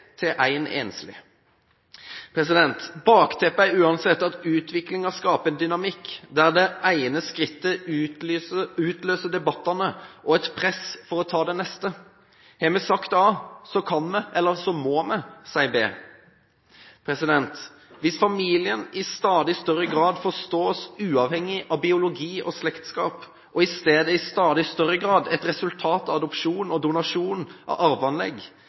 en enslig. Bakteppet er uansett at utviklingen skaper en dynamikk der det ene skrittet utløser debattene og et press for å ta det neste. Har man sagt A, kan vi – eller må vi – si B. Hvis familien i stadig større grad forstås uavhengig av biologi og slektskap og i stedet i stadig større grad blir et resultat av adopsjon og donasjon av